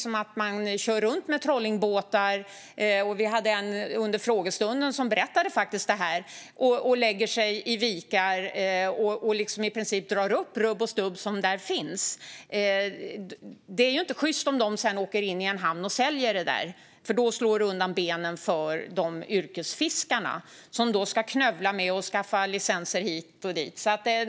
Om man kör runt med trollingbåtar, lägger sig i vikar och i princip drar upp rubb och stubb som där finns, något som vi hörde om under frågestunden, är det ju inte sjyst att sedan åka in i en hamn och sälja det. Det slår ju undan benen för de yrkesfiskare som ska knövla med att skaffa licenser hit och dit.